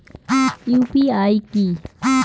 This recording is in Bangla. ইউ.পি.আই কি?